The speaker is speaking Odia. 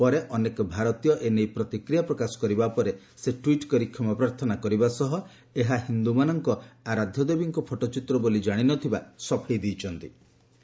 ପରେ ଅନେକ ଭାରତୀୟ ଏ ନେଇ ପ୍ରତିକ୍ରିୟା ପ୍ରକାଶ କରିବା ପରେ ସେ ଟ୍ୱିଟ୍ କରି କ୍ଷମାପ୍ରାର୍ଥନା କରିବା ସହ ଏହା ହିନ୍ଦୁମାନଙ୍କ ଆରାଧ୍ୟ ଦେବୀଙ୍କ ଫଟୋଚିତ୍ର ବୋଲି ଜାଣିନଥିବା ସଫେଇ ଦେଇଛନ୍ତି